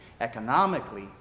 economically